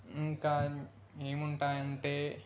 ఇంకా ఏముంటాయంటే